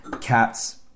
cats